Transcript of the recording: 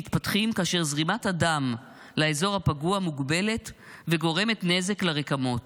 מתפתחים כאשר זרימת הדם לאזור הפגוע מוגבלת וגורמת נזק לרקמות.